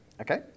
Okay